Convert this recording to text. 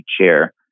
chair